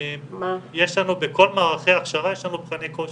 יש לנו בכל מערכי ההכשרה מבחני כושר.